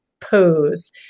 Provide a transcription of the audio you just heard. pose